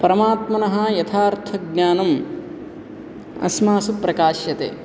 परमात्मनः यथार्थज्ञानम् अस्मासु प्रकाश्यते